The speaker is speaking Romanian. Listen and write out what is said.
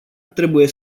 trebuie